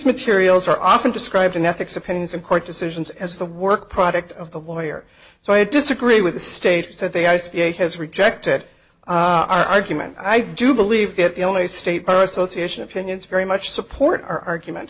materials are often described in ethics opinions and court decisions as the work product of the lawyer so i disagree with the statement that they i c a o has rejected argument i do believe that the only state persecution opinions very much support our argument